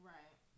Right